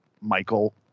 Michael